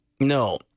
No